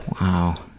Wow